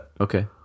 Okay